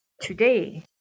Today